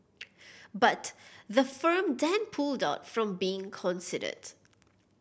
but the firm then pulled out from being considered